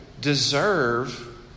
deserve